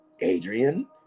Adrian